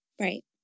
Right